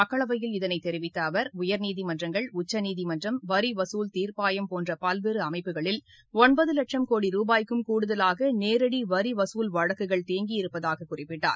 மக்களவையில் இதனைத் தெரிவித்த அவர் உயர்நீதிமன்றங்கள் உச்சநீதிமன்றம் வரிவசூல் தீர்ப்பாயம் போன்ற பல்வேறு அமைப்புகளில் ஒன்பது லட்சம் கோடி ரூபாய்க்கும் கூடுதலாக நேரடி வரி வசூல் வழக்குகள் தேங்கி இருப்பதாகக் குறிப்பிட்டார்